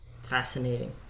Fascinating